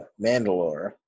Mandalore